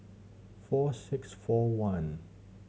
four six four one